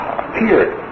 appeared